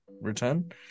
return